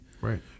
Right